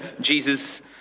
Jesus